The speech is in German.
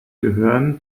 gehören